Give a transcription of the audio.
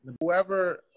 Whoever